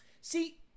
see